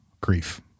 grief